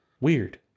Weird